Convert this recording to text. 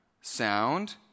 sound